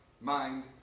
mind